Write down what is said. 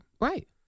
Right